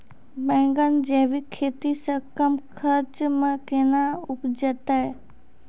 बैंगन जैविक खेती से कम खर्च मे कैना उपजते?